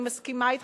אני מסכימה אתך,